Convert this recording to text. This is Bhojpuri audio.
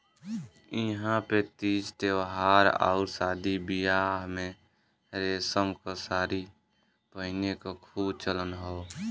इहां पे तीज त्यौहार आउर शादी बियाह में रेशम क सारी पहिने क खूब चलन हौ